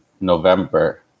November